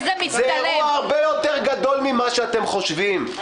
זה אירוע הרבה יותר גדול ממה שאתם חושבים.